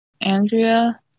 andrea